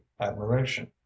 admiration